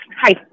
hi